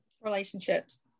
Relationships